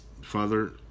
father